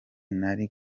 nari